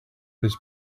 his